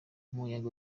umuyaga